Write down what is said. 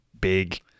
big